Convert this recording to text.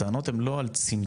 הטענות הן לא על צמצום